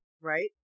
right